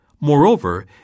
Moreover